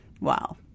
Wow